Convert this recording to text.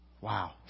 Wow